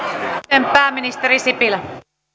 sitten pääministeri sipilä